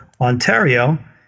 Ontario